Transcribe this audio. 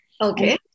Okay